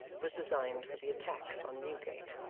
was designed for the attack on newgate.